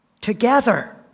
together